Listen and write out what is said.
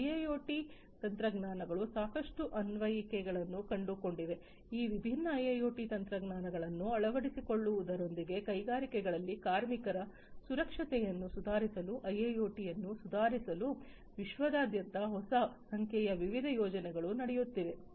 IIoT ತಂತ್ರಜ್ಞಾನಗಳು ಸಾಕಷ್ಟು ಅನ್ವಯಿಕೆಗಳನ್ನು ಕಂಡುಕೊಂಡಿವೆ ಈ ವಿಭಿನ್ನ ಐಐಒಟಿ ತಂತ್ರಜ್ಞಾನಗಳನ್ನು ಅಳವಡಿಸಿಕೊಳ್ಳುವುದರೊಂದಿಗೆ ಕೈಗಾರಿಕೆಗಳಲ್ಲಿ ಕಾರ್ಮಿಕರ ಸುರಕ್ಷತೆಯನ್ನು ಸುಧಾರಿಸಲು ಐಐಒಟಿಯನ್ನು ಸುಧಾರಿಸಲು ವಿಶ್ವಾದ್ಯಂತ ಹೊಸ ಸಂಖ್ಯೆಯ ವಿವಿಧ ಯೋಜನೆಗಳು ನಡೆಯುತ್ತಿವೆ